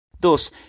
Thus